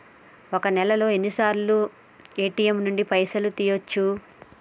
ఒక్క నెలలో ఎన్నిసార్లు ఏ.టి.ఎమ్ నుండి పైసలు తీయచ్చు?